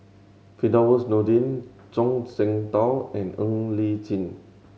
Firdaus Nordin Zhuang Shengtao and Ng Li Chin